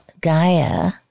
Gaia